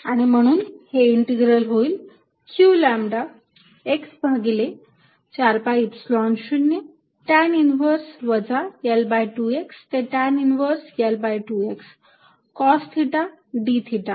आणि म्हणून हे इंटीग्रल होईल q लॅम्बडा x भागिले 4 pi Epsilon 0 टॅन इन्व्हर्स वजा L2x ते tan inverse L2x cos theta d theta